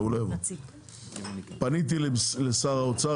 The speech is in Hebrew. פניתי לשר האוצר,